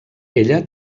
ella